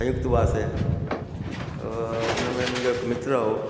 सयुंक्त हुआसीं उन में मुंहिंजो हिकु मित्र हुओ